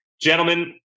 Gentlemen